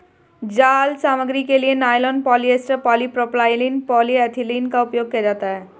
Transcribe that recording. जाल सामग्री के लिए नायलॉन, पॉलिएस्टर, पॉलीप्रोपाइलीन, पॉलीएथिलीन का उपयोग किया जाता है